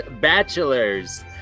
bachelors